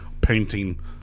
painting